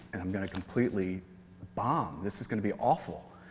and i'm going to completely bomb. this is going to be awful.